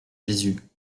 jésus